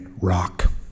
rock